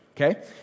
okay